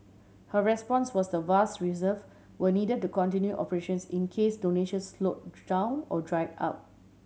her response was the vast reserve were need to continue operations in case donations slow down or dried up